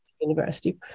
university